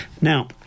Now